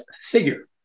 figure